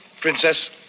Princess